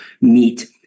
meet